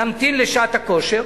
נמתין לשעת הכושר.